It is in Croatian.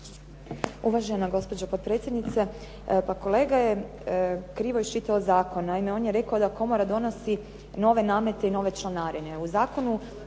Uvažena gospođo potpredsjednice, pa kolega je krivo iščitao zakon. Naime, on je rekao da komora donosi nove namete i nove članarine.